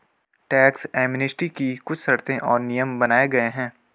tax amnesty की कुछ शर्तें और नियम बनाये गये हैं